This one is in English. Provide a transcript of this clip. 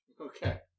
Okay